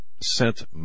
sent